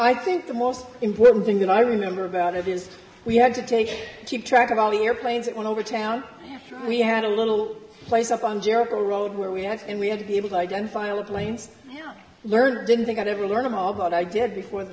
i think the most important thing that i remember about it is we had to take keep track of all the airplanes that went over town after we had a little place up on jericho road where we had and we had to be able to identify all of lanes now learn didn't think i'd ever learn them all but i did before